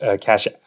cash